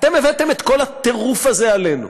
אתם הבאתם את כל הטירוף הזה עלינו,